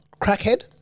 crackhead